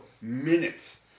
minutes